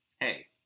Hey